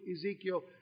Ezekiel